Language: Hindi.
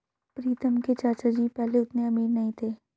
प्रीतम के चाचा जी पहले उतने अमीर नहीं थे